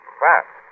fast